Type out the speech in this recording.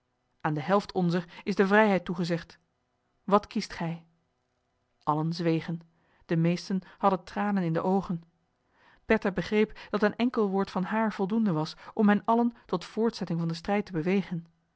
aan de helft onzer is de vrijheid toegezegd wat kiest gij allen zwegen de meesten hadden tranen in de oogen bertha begreep dat een enkel woord van haar voldoende was om hen allen tot voortzetting van den strijd te bewegen